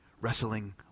wrestling